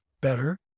better